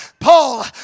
Paul